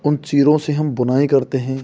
उन चीरों से हम बुनाई करते हैं